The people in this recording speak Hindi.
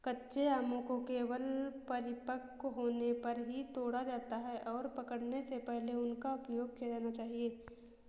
कच्चे आमों को केवल परिपक्व होने पर ही तोड़ा जाता है, और पकने से पहले उनका उपयोग किया जाना चाहिए